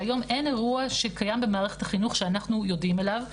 שהיום אין אירוע שקיים במערכת החינוך שאנחנו יודעים עליו,